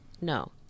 No